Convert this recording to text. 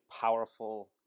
powerful